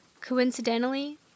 Coincidentally